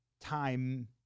time